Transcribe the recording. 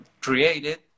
created